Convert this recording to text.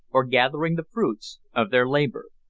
or gathering the fruits of their labour.